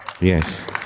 yes